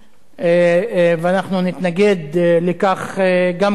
ואנחנו נתנגד לכך גם כיום.